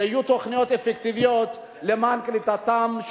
שיהיו תוכניות אפקטיביות למען קליטתם,